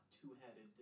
two-headed